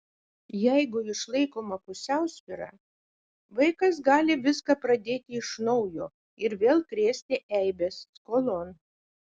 jeigu išlaikoma pusiausvyra vaikas gali viską pradėti iš naujo ir vėl krėsti eibes skolon